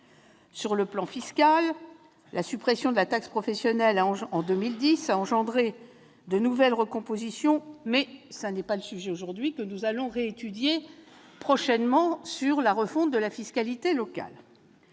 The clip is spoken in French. Sur le plan fiscal, la suppression de la taxe professionnelle en 2010 a engendré de nouvelles recompositions, mais là n'est pas le sujet aujourd'hui- nous réétudierons prochainement la question de la refonte de la fiscalité locale.